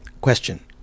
question